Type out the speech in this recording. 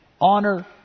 Honor